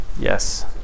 Yes